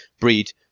breed